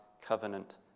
covenant